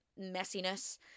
messiness